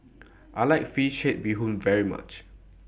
I like Fish Head Bee Hoon very much